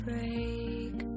break